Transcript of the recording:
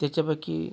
त्याच्यापैकी